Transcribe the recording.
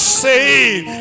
saved